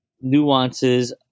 nuances